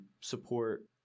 support